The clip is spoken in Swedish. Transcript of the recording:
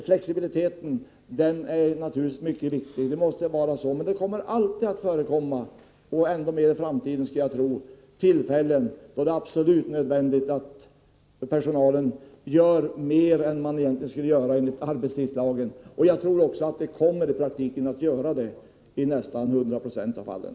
Flexibiliteten är naturligtvis mycket viktig. Men det kommer alltid att finnas tillfällen — jag skulle tro att det blir ännu vanligare i framtiden — då det är absolut nödvändigt att personalen gör mer än den egentligen får göra enligt arbetstidslagen. Jag tror att personalen i praktiken också kommer att göra det i nästan 100 96 av fallen.